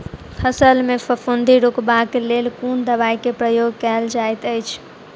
फसल मे फफूंदी रुकबाक लेल कुन दवाई केँ प्रयोग कैल जाइत अछि?